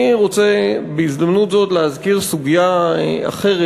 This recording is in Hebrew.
אני רוצה בהזדמנות הזאת להזכיר סוגיה אחרת,